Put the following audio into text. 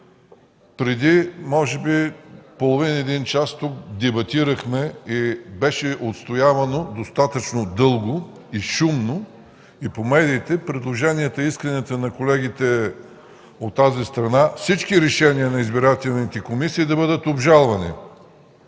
Преди може би половин, един час тук дебатирахме и беше отстоявано достатъчно дълго, шумно и по медиите предложенията и исканията на колегите от тази страна, всички решения на избирателната комисия да бъдат обжалвани.